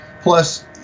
Plus